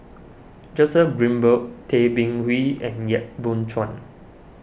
Joseph Grimberg Tay Bin Wee and Yap Boon Chuan